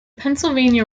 pennsylvania